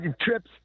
trips